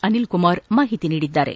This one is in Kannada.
ಅನಿಲ್ ಕುಮಾರ್ ಮಾಹಿತಿ ನೀಡಿದ್ದಾರೆ